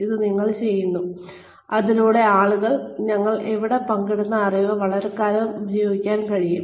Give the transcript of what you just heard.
ഞങ്ങൾ ഇത് ചെയ്യുന്നു അതിലൂടെ ആളുകൾക്ക് ഞങ്ങൾ ഇവിടെ പങ്കിടുന്ന അറിവ് വളരെക്കാലം ഉപയോഗിക്കാൻ കഴിയും